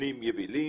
מבנים יבילים,